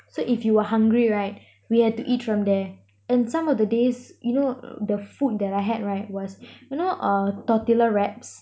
so if you are hungry right we had to eat from there and some of the days you know the food that I had right was you know a tortilla wraps